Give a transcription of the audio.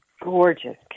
gorgeous